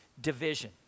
division